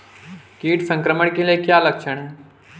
कीट संक्रमण के क्या क्या लक्षण हैं?